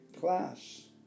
class